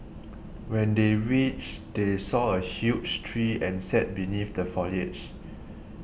when they reached they saw a huge tree and sat beneath the foliage